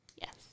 Yes